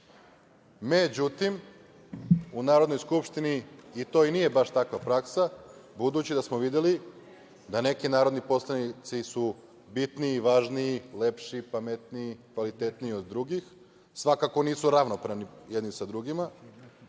međutim u Narodnoj skupštini, to i nije baš takva praksa, budući da smo videli da neki narodni poslanici su bitniji, važniji, lepši, pametniji, kvalitetniji od drugih, svakako nisu ravnopravni jedni sa drugima,